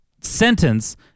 sentence